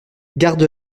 garde